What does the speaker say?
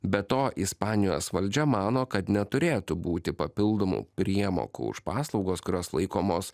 be to ispanijos valdžia mano kad neturėtų būti papildomų priemokų už paslaugas kurios laikomos